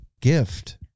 gift